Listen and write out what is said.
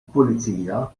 pulizija